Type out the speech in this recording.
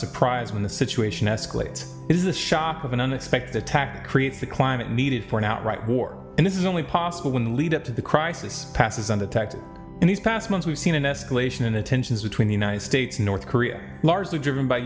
surprise when the situation escalates is the shop of an unexpected attack creates the climate needed for an outright war and this is only possible when the lead up to the crisis passes and attacked in these past months we've seen an escalation in the tensions between the united states north korea largely driven by